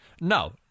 No